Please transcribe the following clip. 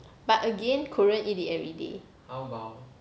but again korean eat it everyday